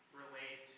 relate